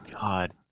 God